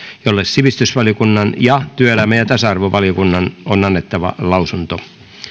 jolle sivistysvaliokunnan ja työelämä ja ja tasa arvovaliokunnan on annettava lausunto